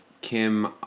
kim